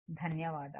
ధన్యవాదాలు